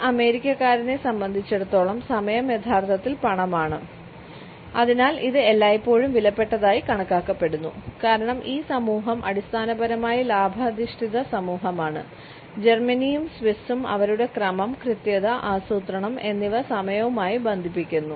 ഒരു അമേരിക്കക്കാരനെ സംബന്ധിച്ചിടത്തോളം സമയം യഥാർത്ഥത്തിൽ പണമാണ് അതിനാൽ ഇത് എല്ലായ്പ്പോഴും വിലപ്പെട്ടതായി കണക്കാക്കപ്പെടുന്നു കാരണം ഈ സമൂഹം അടിസ്ഥാനപരമായി ലാഭാധിഷ്ഠിത സമൂഹമാണ് ജർമ്മനിയും സ്വിസ്സും അവരുടെ ക്രമം കൃത്യത ആസൂത്രണം എന്നിവ സമയവുമായി ബന്ധിപ്പിക്കുന്നു